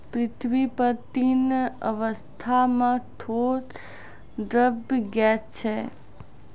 पृथ्वी पर तीन अवस्था म ठोस, द्रव्य, गैस छै